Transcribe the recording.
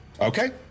Okay